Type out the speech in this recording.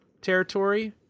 territory